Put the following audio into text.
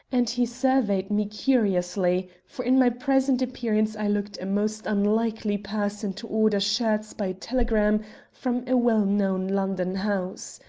and he surveyed me curiously, for in my present appearance i looked a most unlikely person to order shirts by telegram from a well-known london house.